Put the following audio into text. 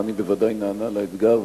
ואני בוודאי נענה לאתגר,